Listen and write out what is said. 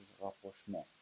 rapprochement